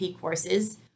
courses